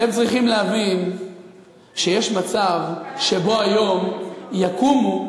אתם צריכים להבין שיש מצב שבו היום יקומו